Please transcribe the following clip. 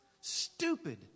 stupid